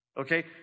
Okay